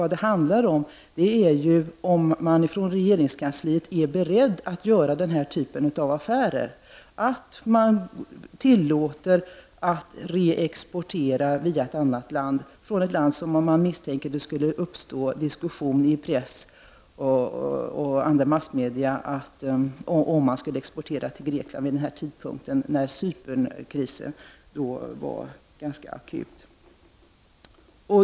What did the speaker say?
Det handlar om huruvida man i regeringskansliet är beredd att göra den här typen av affär: att tillåta reexport via ett annat land med risk att det skall uppstå diskussion i press och andra medier. Det gällde ju export till Grekland vid den tidpunkt då Cypernkrisen var ganska akut.